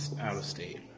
out-of-state